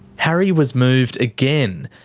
harry was moved again,